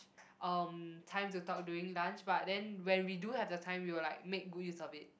um time to talk during lunch but then when we do have the time we will like make good use of it